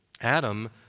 Adam